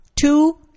Two